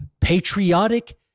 patriotic